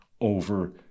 over